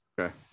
Okay